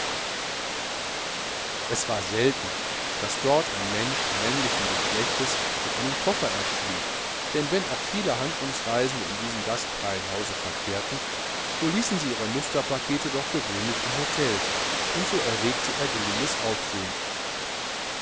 es war selten daß dort ein mensch männlichen geschlechtes mit einem koffer erschien denn wenn auch viele handlungsreisende in diesem gastfreien hause verkehrten so ließen sie ihre musterpackete doch gewöhnlich im hotel und so erregte er ein gelindes aufsehen